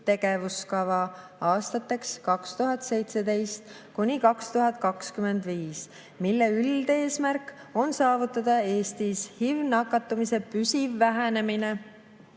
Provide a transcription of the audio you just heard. HIV-tegevuskava aastateks 2017–2025, mille üldeesmärk on saavutada Eestis HIV-i nakatumise püsiv vähenemine